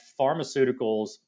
pharmaceuticals